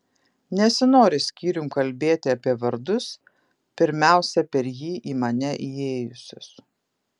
nesinori skyrium kalbėti apie vardus pirmiausia per jį į mane įėjusius